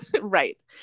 Right